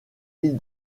ville